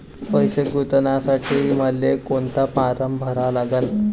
पैसे गुंतवासाठी मले कोंता फारम भरा लागन?